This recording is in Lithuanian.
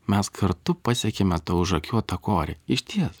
mes kartu pasiekėme tą užakiuotą korį išties